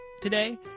today